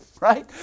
right